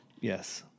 Yes